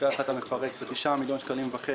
לפי הערכת המפרק הוא תשעה וחצי מיליון שקלים,